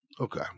Okay